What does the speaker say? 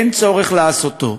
ואין צורך לעשות זאת.